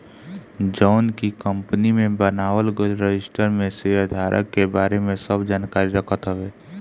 जवन की कंपनी में बनावल गईल रजिस्टर में शेयरधारक के बारे में सब जानकारी रखत हवे